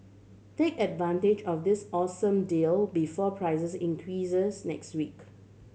take advantage of this awesome deal before prices increases next week